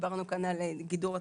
ועל גידול התקציבים.